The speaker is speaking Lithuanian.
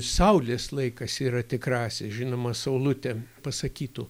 saulės laikas yra tikrasis žinoma saulutė pasakytų